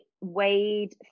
weighed